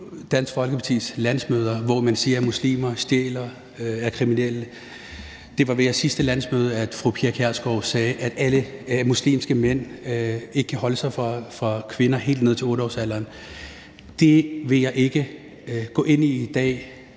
Dansk Folkepartis landsmøder, hvor man siger, at muslimer stjæler, er kriminelle. Det var ved jeres sidste landsmøde, fru Pia Kjærsgaard sagde, at alle muslimske mænd ikke kan holde sig fra kvinder helt ned til 8-årsalderen. Det vil jeg ikke gå ind i i dag.